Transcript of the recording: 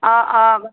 অঁ অঁ